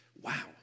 wow